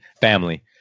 Family